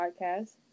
podcast